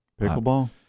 Pickleball